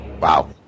Wow